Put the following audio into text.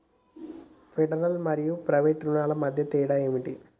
Federal మరియు private రుణాల మధ్య తేడా ఏమిటి?